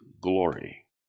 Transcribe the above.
glory